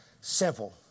Simple